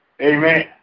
Amen